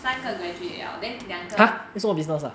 三个 graduate 了 then 两个